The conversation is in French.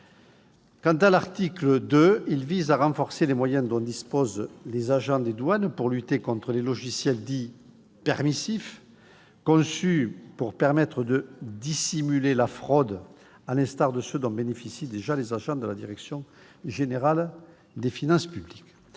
mesure. L'article 2 vise à renforcer les moyens dont disposent les agents des douanes pour lutter contre les logiciels dits « permissifs », conçus pour permettre la fraude et la dissimuler, à l'instar de ceux dont bénéficient déjà les agents de la direction générale des finances publiques.